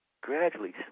gradually